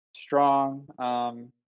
strong